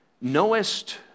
knowest